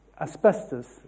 asbestos